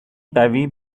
قوی